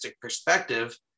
perspective